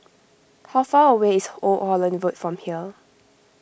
how far away is Old Holland Road from here